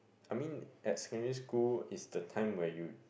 I mean at secondary school is the time where you